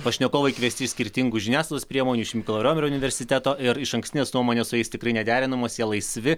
pašnekovai kviesti iš skirtingų žiniasklaidos priemonių iš mykolo romerio universiteto ir išankstinės nuomonės su jais tikrai nederinamos jie laisvi